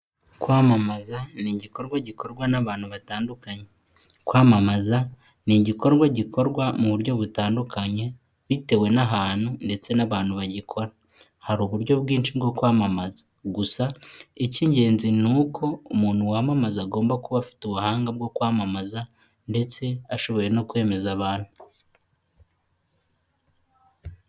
Kwamamaza ni igikorwa gikorwa n'abantu batandukanye; kwamamaza ni igikorwa gikorwa mu buryo butandukanye bitewe n'ahantu ndetse n'abantu bagikora; hari uburyo bwinshi bwo kwamamaza gusa icy'ingenzi ni uko umuntu wamamaza agomba kuba afite ubuhanga bwo kwamamaza ndetse ashoboye no kwemeza abantu.